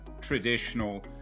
traditional